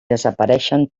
desapareixen